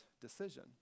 decision